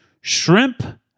Shrimp